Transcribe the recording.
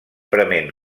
prement